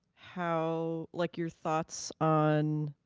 how like your thoughts on,